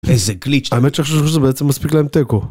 איזה גליץ', האמת שעכשיו כשאני חושב על זה בעצם מספיק להם תיקו